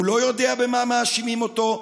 הוא לא יודע במה מאשימים אותו,